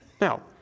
Now